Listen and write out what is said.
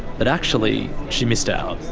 but actually, she missed out.